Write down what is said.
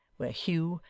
where hugh,